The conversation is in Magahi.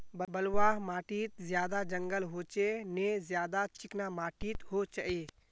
बलवाह माटित ज्यादा जंगल होचे ने ज्यादा चिकना माटित होचए?